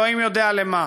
אלוהים יודע למה.